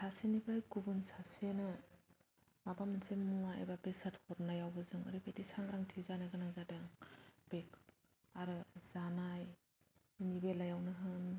सासेनिफ्राय गुबुन सासेनि माबा मोनसे मुवा एबा बेसाद हरनायावबो जोङो एरैबायदि सांग्रांथि जानो गोनांथि जादों बे आरो जानायनि बेलायावनो होन